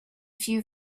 few